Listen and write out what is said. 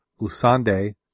Usande